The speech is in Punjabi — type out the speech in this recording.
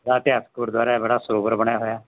ਬੜਾ ਇਤਿਹਾਸਿਕ ਗੁਰਦੁਆਰਾ ਬੜਾ ਸਰੋਵਰ ਬਣਿਆ ਹੋਇਆ